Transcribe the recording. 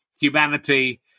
humanity